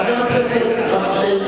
אוה,